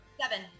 Seven